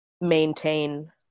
maintain